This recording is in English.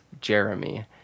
Jeremy